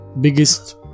biggest